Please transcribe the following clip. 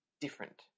Different